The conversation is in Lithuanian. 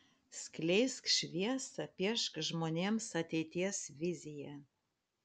skleisk šviesą piešk žmonėms ateities viziją